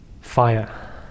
fire